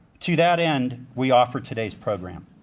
to that end, we offer today's program.